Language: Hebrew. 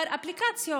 דבר כזה אפליקציות,